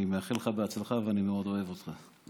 אני מאחל לך בהצלחה, ואני מאוד אוהב אותך.